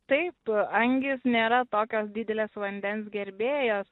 taip angys nėra tokios didelės vandens gerbėjos